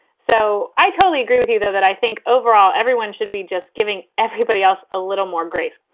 so i totally agree with you, though, that i think overall everyone should be just giving everybody else a little more grace.